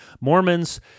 Mormons